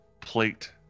plate